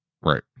Right